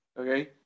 okay